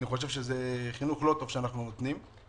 אני חושב שזה חינוך לא טוב שאנחנו נותנים,